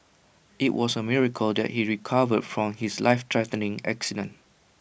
IT was A miracle that he recovered from his lifethreatening accident